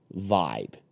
vibe